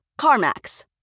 CarMax